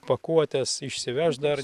pakuotes išsivežt dar